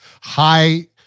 high